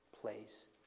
place